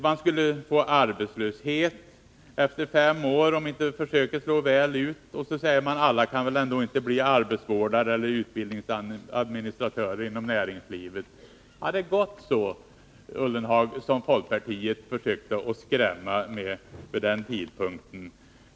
Man skulle få arbetslöshet efter fem år, om försöket inte slog väl ut. Och så sade han: Alla kan väl ändå inte bli arbetsvårdare eller utbildningsadministratörer inom näringslivet. Har det gått så, herr Ullenhag, som folkpartiet försökte skrämmas med vid den tidpunkten?